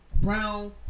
brown